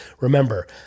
Remember